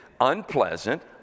unpleasant